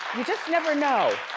you just never know.